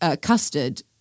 custard